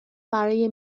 برای